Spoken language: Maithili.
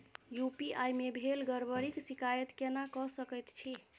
यु.पी.आई मे भेल गड़बड़ीक शिकायत केना कऽ सकैत छी?